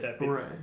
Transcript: Right